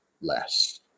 less